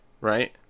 right